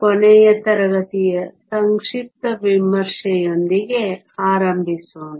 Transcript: ಕೊನೆಯ ತರಗತಿಯ ಸಂಕ್ಷಿಪ್ತ ವಿಮರ್ಶೆಯೊಂದಿಗೆ ಆರಂಭಿಸೋಣ